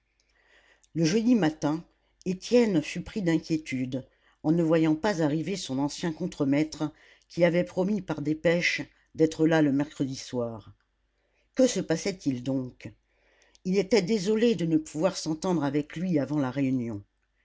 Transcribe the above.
le jeudi matin étienne fut pris d'inquiétude en ne voyant pas arriver son ancien contremaître qui avait promis par dépêche d'être là le mercredi soir que se passait-il donc il était désolé de ne pouvoir s'entendre avec lui avant la réunion